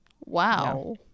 wow